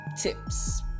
tips